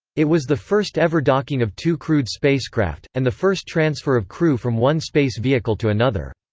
it was the first-ever docking of two crewed spacecraft, and the first transfer of crew from one space vehicle to another.